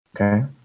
Okay